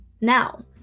Now